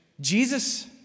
Jesus